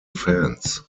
fans